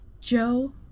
Joe